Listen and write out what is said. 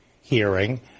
hearing